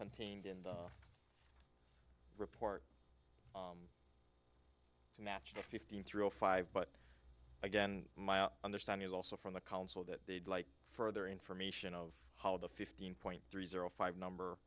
contained in the report natural fifteen three zero five but again my understanding is also from the council that they'd like further information of how the fifteen point three zero five number